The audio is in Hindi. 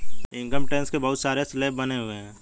इनकम टैक्स के बहुत सारे स्लैब बने हुए हैं